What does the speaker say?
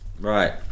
right